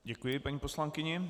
Děkuji paní poslankyni.